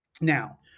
Now